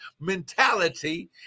mentality